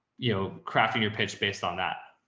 you know, crafting your pitch based on that.